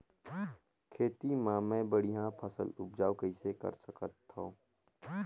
खेती म मै बढ़िया फसल उपजाऊ कइसे कर सकत थव?